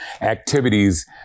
activities